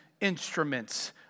instruments